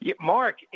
Mark